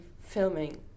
filming